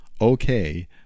okay